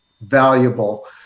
valuable